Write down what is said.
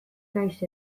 nahiz